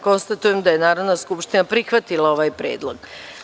Konstatujem da je Narodna skupština prihvatila ovaj predlog.